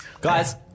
guys